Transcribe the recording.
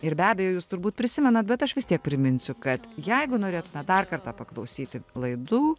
ir be abejo jūs turbūt prisimenat bet aš vis tiek priminsiu kad jeigu norėtumėt dar kartą paklausyti laidų